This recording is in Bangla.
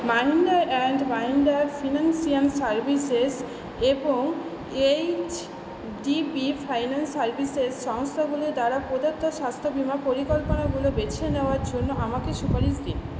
Mahindra and Mahindra financial services এবং H D B finance services সংস্থাগুলো দ্বারা প্রদত্ত স্বাস্থ্য বীমা পরিকল্পনাগুলো বেছে নেওয়ার জন্য আমাকে সুপারিশ দিন